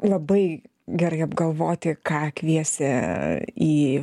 labai gerai apgalvoti ką kviesi į